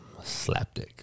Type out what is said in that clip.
slapdick